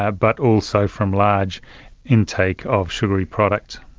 ah but also from large intake of sugary product.